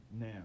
Now